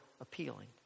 appealing